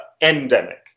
endemic